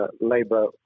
Labour